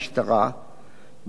בעניינו של רב העיר צפת,